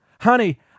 honey